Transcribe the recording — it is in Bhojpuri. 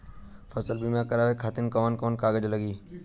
फसल बीमा करावे खातिर कवन कवन कागज लगी?